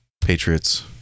Patriots